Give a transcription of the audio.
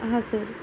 हां सर